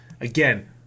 again